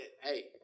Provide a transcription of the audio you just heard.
hey